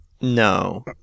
No